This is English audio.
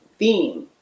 theme